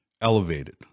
elevated